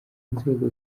nzego